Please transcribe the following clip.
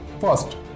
First